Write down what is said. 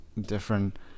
different